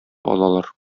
алалар